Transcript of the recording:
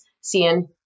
seeing